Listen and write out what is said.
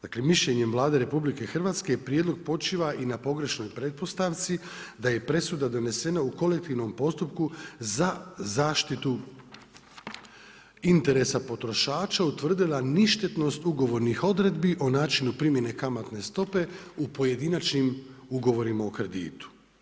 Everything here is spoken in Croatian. Dakle, mišljenjem Vlade RH prijedlog počiva i na pogrešnoj pretpostavci da je presuda donesena u kolektivnom postupku za zaštitu interesa potrošača utvrdila ništetnosti ugovornih odredbi o načinu primjenu kamatne stope o pojedinačnim ugovorima o kreditu.